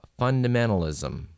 fundamentalism